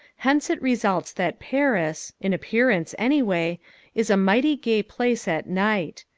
hence it results that paris in appearance, anyway is a mighty gay place at night.